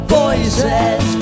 voices